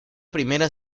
primera